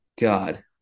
God